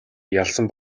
ялсан